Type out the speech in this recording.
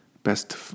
Best